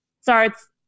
starts